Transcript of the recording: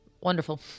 Wonderful